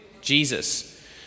Jesus